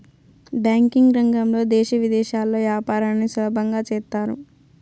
banking రంగంలో దేశ విదేశాల్లో యాపారాన్ని సులభంగా చేత్తారు